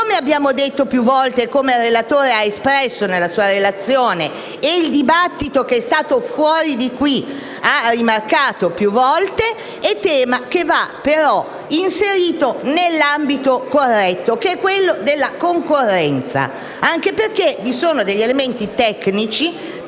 come abbiamo detto più volte, come il relatore ha espresso nella sua relazione e il dibattito che si è svolto fuori di qui ha rimarcato più volte. È un tema che va però inserito nell'ambito corretto che è quello della concorrenza, anche perché vi sono elementi tecnici